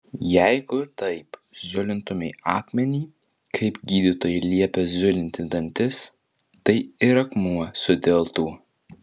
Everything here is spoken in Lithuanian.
jeigu taip zulintumei akmenį kaip gydytojai liepia zulinti dantis tai ir akmuo sudiltų